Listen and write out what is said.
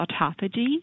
autophagy